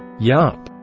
yup.